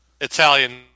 Italian